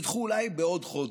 הם ידחו אולי בעוד חודש,